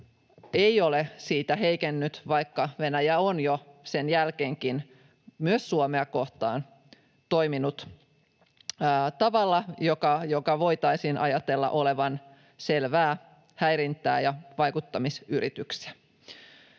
ei ole siitä heikennyt, vaikka Venäjä on jo sen jälkeenkin myös Suomea kohtaan toiminut tavalla, jonka voitaisiin ajatella olevan selvää häirintää ja vaikuttamisyrityksiä.